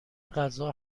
غذا